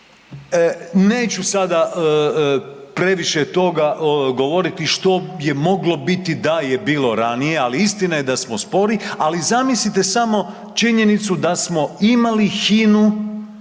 neću sada previše toga govoriti što je moglo biti da je bilo ranije ali istina je da smo spori ali zamislite samo činjenicu da smo imali